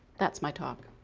that's my talk